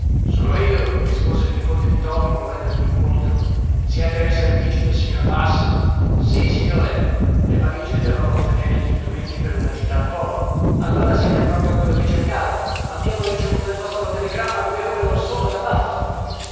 sono io rispose il nipote di toby muovendogli incontro siete ai servigi del signor wass sì signore le valigie devono contenere gli indumenti per una gita al polo allora siete proprio quello che cercavo abbiamo ricevuto il vostro telegramma due ore or sono da buffalo